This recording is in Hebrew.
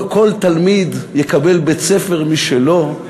כל תלמיד יקבל בית-ספר משלו.